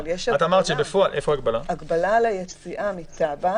אבל יש הגבלה על היציאה מטאבה,